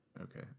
Okay